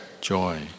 joy